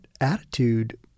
attitude